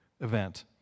event